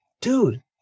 dude